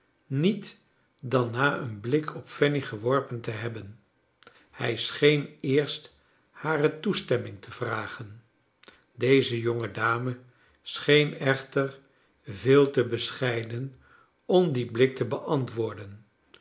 niet dan na een blik op fanny geworpen te hebben hij scheen eerst hare toestemming te vragen deze jonge dame scheen echter veel te bescheiden om dien blik te beantwoorden